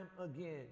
again